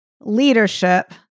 leadership